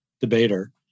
debater